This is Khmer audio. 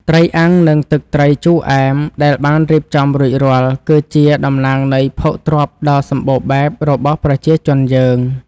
ត្រីអាំងនិងទឹកត្រីជូរអែមដែលបានរៀបចំរួចរាល់ គឺជាតំណាងនៃភោគទ្រព្យដ៏សម្បូរបែបរបស់ប្រជាជនយើង។